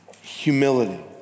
humility